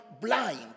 blind